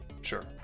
Sure